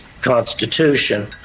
Constitution